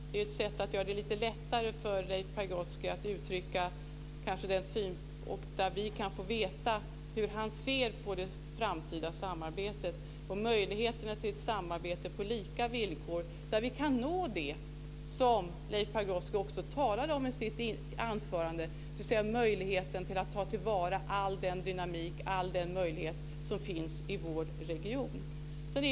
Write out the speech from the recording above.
Det är ett sätt att göra det lite lättare för Leif Pagrotsky att uttrycka sin syn, och vi kan få veta hur han ser på det framtida samarbetet - på möjligheterna till ett samarbete på lika villkor där vi kan nå det som Leif Pagrotsky också talade om i sitt anförande, dvs. att ta till vara all den dynamik och alla de möjligheter som finns i vår region.